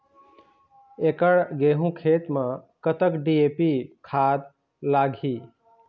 एकड़ गेहूं खेत म कतक डी.ए.पी खाद लाग ही?